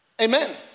Amen